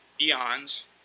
eons